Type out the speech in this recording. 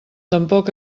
tampoc